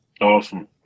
Awesome